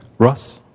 ross?